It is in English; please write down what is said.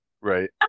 Right